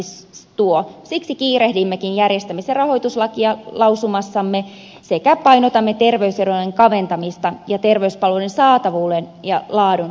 siksi kiirehdimmekin järjestämis ja rahoituslakia lausumassamme sekä painotamme terveys erojen kaventamista ja terveyspalvelujen saatavuuden ja laadun varmistamista